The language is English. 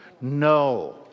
No